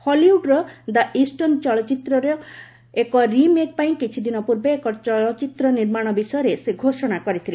ହଲିଉଡ୍ର 'the intern' ଚଳଚ୍ଚିତ୍ରର ଏକ remake ପାଇଁ କିଛିଦିନ ପୂର୍ବେ ଏକ ଚଳଚ୍ଚିତ୍ର ନିର୍ମାଣ ବିଷୟରେ ସେ ଘୋଷଣା କରିଥିଲେ